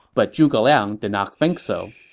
but zhuge liang did not think so